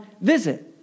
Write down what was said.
visit